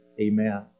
Amen